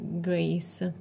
grace